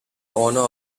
honor